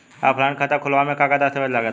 Offline खाता खुलावे म का का दस्तावेज लगा ता?